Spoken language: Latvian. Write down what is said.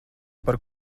par